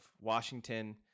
Washington